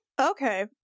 Okay